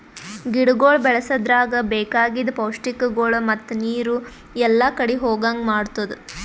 ಗಿಡಗೊಳ್ ಬೆಳಸದ್ರಾಗ್ ಬೇಕಾಗಿದ್ ಪೌಷ್ಟಿಕಗೊಳ್ ಮತ್ತ ನೀರು ಎಲ್ಲಾ ಕಡಿ ಹೋಗಂಗ್ ಮಾಡತ್ತುದ್